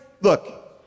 Look